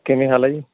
ਕਿਵੇਂ ਹਾਲ ਆ ਜੀ